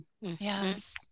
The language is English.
yes